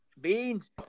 Beans